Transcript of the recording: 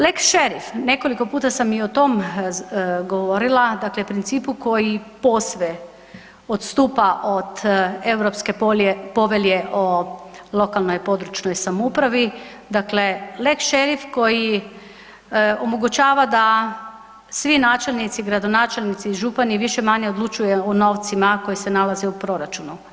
Lex šerif, nekoliko puta sam i o tome govorila dakle principu koji posve odstupa od Europske povelje o lokalnoj i područnoj samoupravi, dakle lex šerif koji omogućava da svi načelnici i gradonačelnici i župani više-manje odlučuju o novcima koji se nalaze u proračunu.